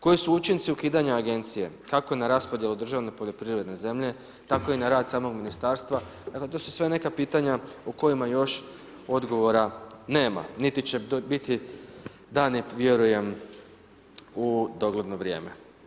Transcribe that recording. Koji su učinci ukidanja agencije, kako na raspodjelu državne poljoprivredne zemlje, tako i na rad samog ministarstva, dakle to su sve neka pitanja u kojima još odgovora nema niti će biti da ne vjerujem u dogledno vrijeme.